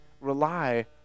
rely